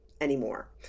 anymore